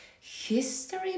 history